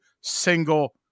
single